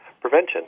prevention